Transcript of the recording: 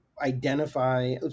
identify